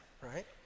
right